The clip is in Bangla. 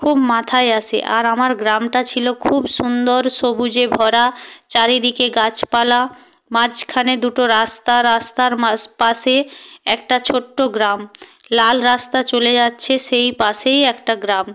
খুব মাথায় আসে আর আমার গ্রামটা ছিল খুব সুন্দর সবুজে ভরা চারিদিকে গাছপালা মাঝখানে দুটো রাস্তা রাস্তার পাশে একটা ছোট্ট গ্রাম লাল রাস্তা চলে যাচ্ছে সেই পাশেই একটা গ্রাম